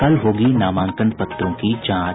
कल होगी नामांकन पत्रों की जांच